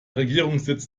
regierungssitz